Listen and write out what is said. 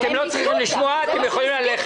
למה אנחנו צריכים לשמוע בכלל את כל הסיפורים?